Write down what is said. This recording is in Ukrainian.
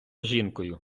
жінкою